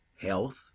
health